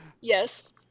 Yes